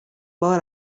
بار